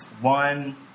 One